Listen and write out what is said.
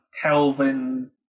Kelvin